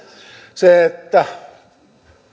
se että